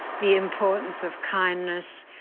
the importance of kindness,